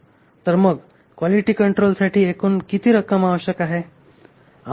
तर मग क्वालिटी कंट्रोलसाठी एकूण किती रक्कम आवश्यक आहे